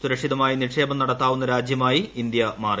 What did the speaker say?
സുരക്ഷിതമായി നിക്ഷേപം നടത്താവുന്ന രാജ്യമായി ഇന്ത്യ മാറി